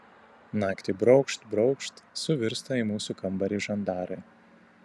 naktį braukšt braukšt suvirsta į mūsų kambarį žandarai